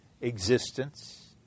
existence